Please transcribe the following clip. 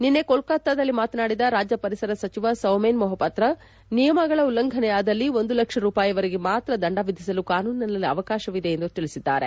ನಿನ್ನೆ ಕೋಲ್ಕತ್ತಾದಲ್ಲಿ ಮಾತನಾಡಿದ ರಾಜ್ಯ ಪರಿಸರ ಸಚಿವ ಸೌಮೇನ್ ಮೊಹಪಾತ್ರ ನಿಯಮಗಳ ಉಲ್ಲಂಘನೆಯಾದಲ್ಲಿ ಒಂದು ಲಕ್ಷ ರೂಪಾಯಿಯವರೆಗೆ ದಂಡ ವಿಧಿಸಲು ಕಾನೂನಿನಲ್ಲಿ ಅವಕಾಶವಿದೆ ಎಂದು ತಿಳಿಸಿದ್ದಾರೆ